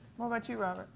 what about you, robert